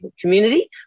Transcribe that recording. community